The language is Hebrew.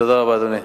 תודה רבה, אדוני.